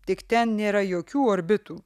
tik ten nėra jokių orbitų